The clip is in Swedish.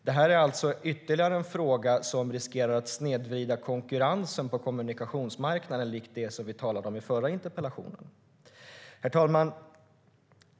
Det här är alltså ytterligare en fråga som riskerar att snedvrida konkurrensen på kommunikationsmarknaden likt det som vi talade om i den förra interpellationsdebatten. Herr talman!